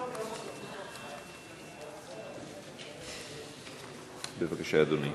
בבקשה, אדוני.